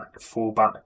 full-back